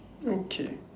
okay